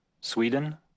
sweden